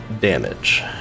damage